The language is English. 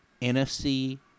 NFC